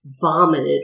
vomited